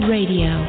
Radio